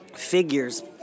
figures